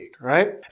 right